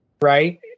right